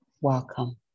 Welcome